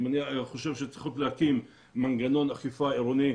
אני חושב שהן צריכות להקים מנגנון אכיפה עירוני.